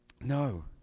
No